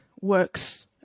works